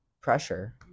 pressure